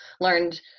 learned